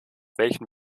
welchen